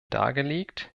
dargelegt